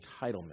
entitlement